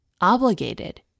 obligated